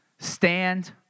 Stand